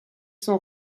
sont